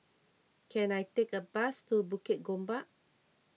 can I take a bus to Bukit Gombak